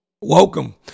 Welcome